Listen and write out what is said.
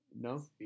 No